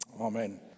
Amen